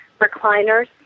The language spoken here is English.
recliners